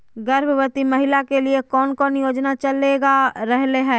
गर्भवती महिला के लिए कौन कौन योजना चलेगा रहले है?